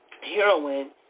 heroin